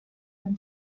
than